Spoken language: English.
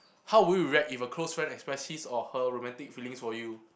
how will you react if a close friend express his or her romantic feelings for you